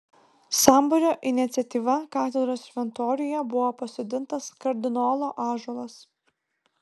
sambūrio iniciatyva katedros šventoriuje buvo pasodintas kardinolo ąžuolas